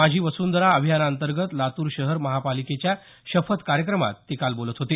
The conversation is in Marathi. माझी वसुंधरा अभियानांतर्गत लातूर शहर महानरपालिकेच्या शपथ कार्यक्रमात ते बोलत होते